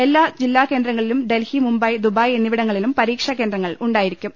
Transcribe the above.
എല്ലാ ജില്ലാ കേന്ദ്രങ്ങളിലും ഡൽഹി മുംബൈ ദുബായ് എന്നിവിടങ്ങളിലും പരീക്ഷാ കേന്ദ്രങ്ങൾ ഉണ്ടായിരിക്കും